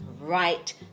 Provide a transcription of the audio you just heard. right